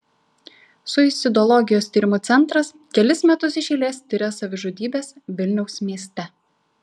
suicidologijos tyrimų centras kelis metus iš eilės tiria savižudybes vilniaus mieste